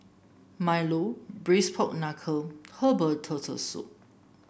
milo Braised Pork Knuckle Herbal Turtle Soup